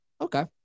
Okay